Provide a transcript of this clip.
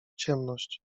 ciemność